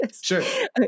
sure